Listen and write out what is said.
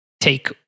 take